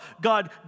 God